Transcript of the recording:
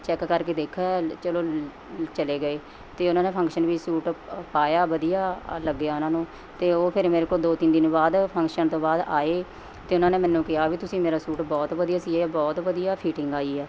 check ਕਰਕੇ ਦੇਖਿਆ ਚਲੋ ਲ ਚਲੇ ਗਏ ਅਤੇ ਉਹਨਾਂ ਨੇ ਫੰਕਸ਼ਨ ਵੀ ਸੂਟ ਪਾਇਆ ਵਧੀਆ ਲੱਗਿਆ ਉਹਨਾਂ ਨੂੰ ਅਤੇ ਉਹ ਫਿਰ ਮੇਰੇ ਕੋਲ ਦੋ ਤਿੰਨ ਦਿਨ ਬਾਅਦ ਫੰਕਸ਼ਨ ਤੋਂ ਬਾਅਦ ਆਏ ਅਤੇ ਉਹਨਾਂ ਨੇ ਮੈਨੂੰ ਕਿਹਾ ਵੀ ਤੁਸੀਂ ਮੇਰਾ ਸੂਟ ਬਹੁਤ ਵਧੀਆ ਸੀਤਾ ਬਹੁਤ ਵਧੀਆ ਫਿਟਿੰਗ ਆਈ ਹੈ